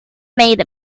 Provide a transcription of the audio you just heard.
made